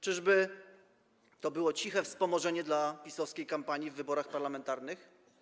Czyżby to było ciche wspomożenie PiS-owskiej kampanii w wyborach parlamentarnych?